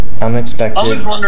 unexpected